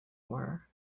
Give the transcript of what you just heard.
were